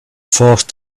forced